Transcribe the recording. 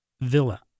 Villa